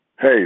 Hey